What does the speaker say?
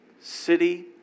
City